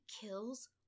kills